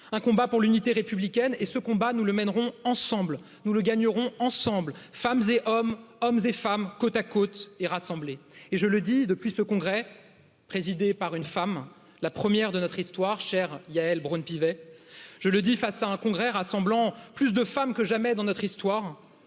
un combat pour l'unité républicaine et ce combat nous le gagnerons ensemble femmes et hommes, hommes et femmes, côte à côte et rassemblés et je le dis depuis ce congrès présidé par une femme, la 1ʳᵉ de notre histoire, chère Yaël Braun Pivet, je le dis face à un congrès rassemblant plus de femmes que jamais dans notre histoire.